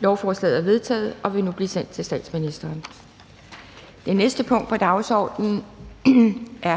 Lovforslaget er vedtaget og vil nu blive sendt til statsministeren. --- Det næste punkt på dagsordenen er: